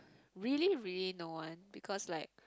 really really no one because like